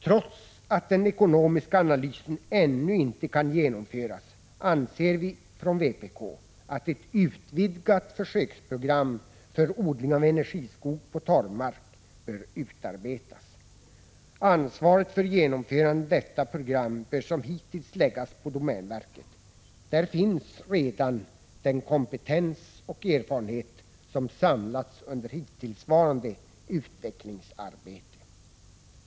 Trots att den ekonomiska analysen ännu inte kan genomföras, anser vi från vpk att ett utvidgat försöksprogram för odling av energiskog på torvmark bör utarbetas. Ansvaret för genomförande av detta program bör som hittills läggas på domänverket. Där finns redan den kompetens och erfarenhet som samlats under hittillsvarande utvecklingsarbete.